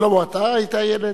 שלמה, אתה היית הילד?